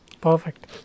perfect